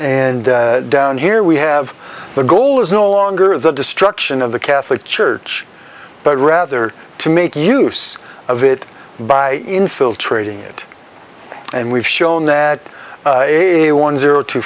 and down here we have the goal is no longer the destruction of the catholic church but rather to make use of it by infiltrating it and we've shown that a one zero two